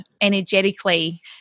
energetically